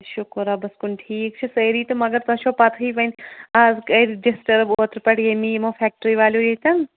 شُکُر رۄبَس کُن ٹھیٖک چھِ سٲری تہٕ مگر تۄہہِ چھو پَتہٕ ہے وۅنۍ اَز کَرِ ڈِسٹٲرٕب اوترٕ پٮ۪ٹھ ییٚمی یِمو فیکٹری والٮ۪و ییٚتٮ۪ن